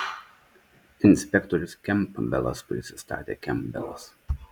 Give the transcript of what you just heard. inspektorius kempbelas prisistatė kempbelas